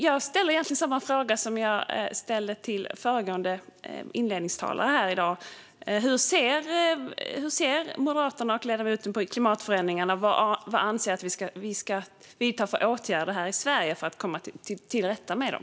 Jag ställer egentligen samma fråga som jag ställde till inledningstalaren här i dag. Hur ser Moderaterna och ledamoten på klimatförändringarna? Vad anser ni att vi ska vidta för åtgärder här i Sverige för att komma till rätta med dem?